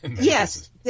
Yes